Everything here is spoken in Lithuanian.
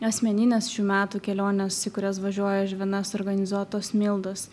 asmeninės šių metų kelionės į kurias važiuoju aš viena suorganizuotos mildos